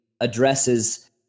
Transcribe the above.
addresses